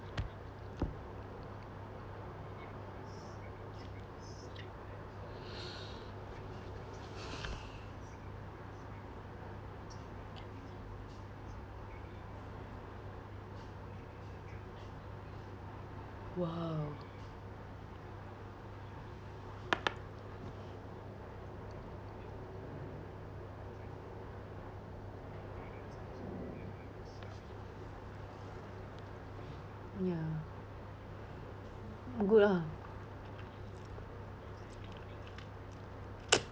!wow! ya good lah